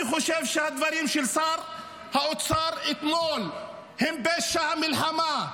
אני חושב שהדברים של שר האוצר אתמול הם פשע מלחמה.